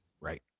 right